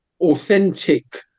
authentic